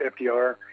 FDR